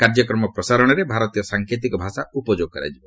କାର୍ଯ୍ୟକ୍ରମ ପ୍ରସାରଣରେ ଭାରତୀୟ ସାଙ୍କେତିକ ଭାଷା ଉପଯୋଗ କରାଯିବ